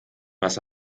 was